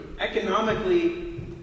economically